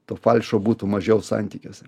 to falšo būtų mažiau santykiuose